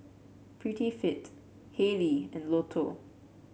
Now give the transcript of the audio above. Prettyfit Haylee and Lotto